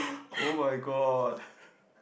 oh-my-god